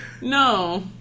no